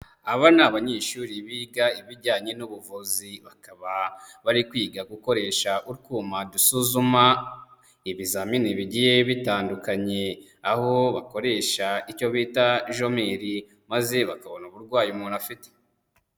Aba ni abanyeshuri biga ibijyanye n'ubuvuzi bakaba bari kwiga gukoresha utwuma dusuzuma ibizamini bigiye bitandukanye, aho bakoresha icyo bita jomeri maze bakabona uburwayi umuntu afite.